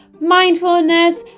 mindfulness